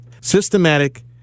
systematic